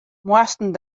moasten